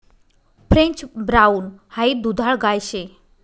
French brown हाई दुधाळ गाय शे